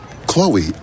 Chloe